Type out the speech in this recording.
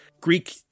Greek